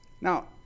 Now